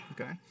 Okay